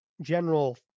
general